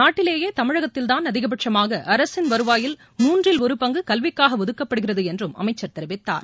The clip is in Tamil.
நாட்டிலேயே தமிழகத்தில் தான் அதிகபட்சமாக அரசின் வருவாயில் மூன்றில் ஒருபங்கு கல்விக்காக ஒதுக்கப்படுகிறது என்றும் அமைச்சர் தெரிவித்தார்